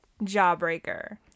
Jawbreaker